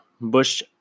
Bush